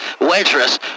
waitress